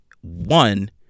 one